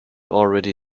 already